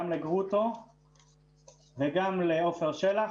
גם לגרוטו וגם לעפר שלח,